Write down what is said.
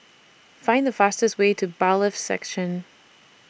Find The fastest Way to Bailiffs' Section